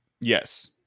Yes